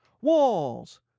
walls